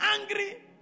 angry